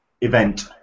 event